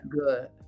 Good